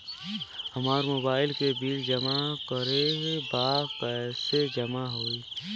हमार मोबाइल के बिल जमा करे बा कैसे जमा होई?